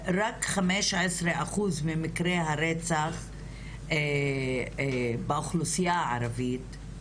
רק 15% ממקרי הרצח באוכלוסיה הערבית,